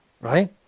right